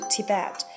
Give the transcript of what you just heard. Tibet